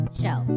show